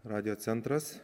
radijo centras